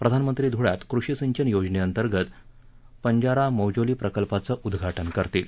प्रधानमंत्री धुळ्यात कृषी सिंचन योजनेअंतर्गत पंजारा मजौली प्रकल्पाचं उद्घाटन करतील